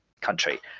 country